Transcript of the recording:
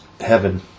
heaven